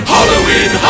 Halloween